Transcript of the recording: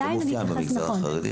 זה מאופיין במגזר החרדי.